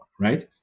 right